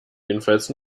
jedenfalls